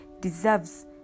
deserves